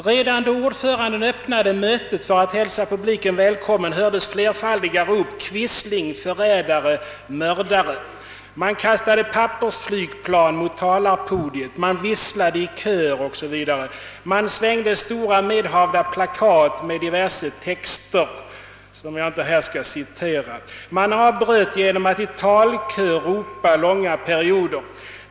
Redan då ordföranden öppnade mötet för att hälsa publiken välkommen, hördes flerfaldiga rop: »Quisling, förräda re, mördare». Man kastade pappersflygplan mot talarpodiet, man visslade i kör och svängde stora medhavda plakat med diverse texter, som jag inte här skall citera. Man avbröt genom att i talkör ropa under långa perioder.